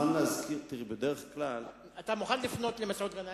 תראי, בדרך כלל, אתה מוכן לפנות למסעוד גנאים?